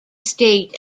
state